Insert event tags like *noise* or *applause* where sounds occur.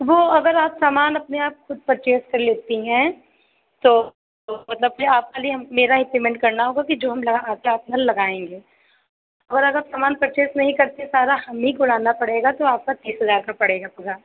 वह अगर आप सामान अपने आप ख़ुद पर्चेज़ कर लेती हैं तो तो मतलब फिर आप ख़ाली हं मेरा ही पेमेन्ट करना होगा कि जो हम आकर आपके यहाँ लगाएँगे और अगर समान पर्चेज़ नहीं करती हैं सारा हम ही को *unintelligible* पड़ेगा तो आपका तीस हज़ार का पड़ेगा पूरा